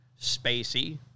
Spacey